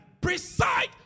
preside